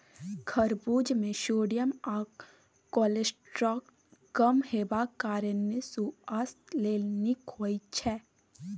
खरबुज मे सोडियम आ कोलेस्ट्रॉल कम हेबाक कारणेँ सुआस्थ लेल नीक होइ छै